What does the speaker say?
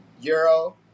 Euro